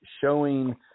showing